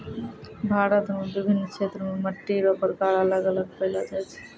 भारत मे विभिन्न क्षेत्र मे मट्टी रो प्रकार अलग अलग पैलो जाय छै